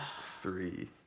three